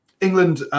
England